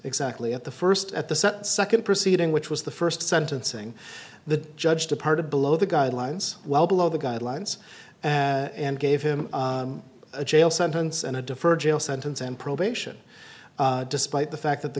exactly at the first at the sept second proceeding which was the first sentencing the judge departed below the guidelines well below the guidelines and gave him a jail sentence and a deferred jail sentence and probation despite the fact that the